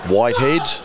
Whitehead